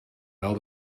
wel